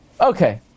Okay